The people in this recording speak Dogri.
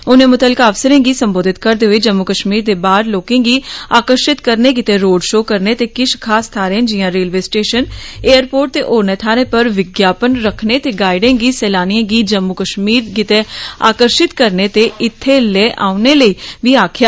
उनें मुतलका अफसरें गी सम्बोधित करदे होई जम्मू कष्मीर दे बाहर लोकें गी आकृशित करने गितै रोड षो करने ते किश खास थ्हारो जियां रेलवे स्टेशन एयरर्पोट ते होरनें थ्हारें पर वज्ञापन रखने ते गाईडें गी सैलानियें गी जम्मू कष्मीर गितै आकृशित करने ते इत्थे औने लेई बी आक्खेया